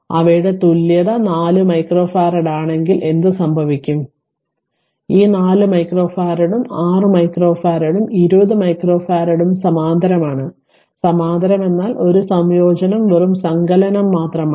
അവയുടെ തുല്യത 4 മൈക്രോഫറാഡുകളാണെങ്കിൽ എന്ത് സംഭവിക്കും അതിനർത്ഥം ഈ 4 മൈക്രോഫറാഡും 6 മൈക്രോഫാരഡും 20 മൈക്രോഫാരഡും സമാന്തരമാണ് സമാന്തരമെന്നാൽ ഒരു സംയോജനം വെറും സങ്കലനം മാത്രമാണ്